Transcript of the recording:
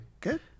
good